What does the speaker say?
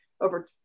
Over